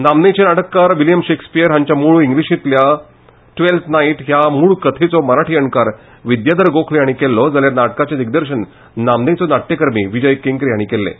नामनेचे नाटककार William Shakespeare हांच्या मूळ इंग्लीशींतल्या ट्रॅल्थ नायट हे मूळ कथेचो मराठी अणकार विद्याधर गोखले हांणी केल्लो जाल्यार नाटकाचे दिग्दर्शन नामनेचे नाट्यकर्मी विजय केंकरेन केल्लें